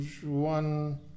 one